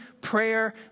prayer